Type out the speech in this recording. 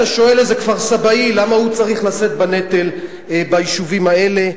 אתה שואל איזה כפר-סבאי למה הוא צריך לשאת בנטל ביישובים האלה.